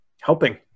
helping